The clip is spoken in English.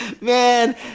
Man